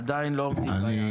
עדיין לא עומדים ביעד.